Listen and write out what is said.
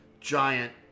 giant